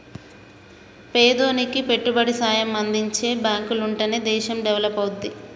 పేదోనికి పెట్టుబడి సాయం అందించే బాంకులుంటనే దేశం డెవలపవుద్ది